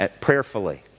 prayerfully